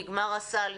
נגמר הסל,